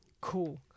cool